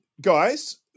Guys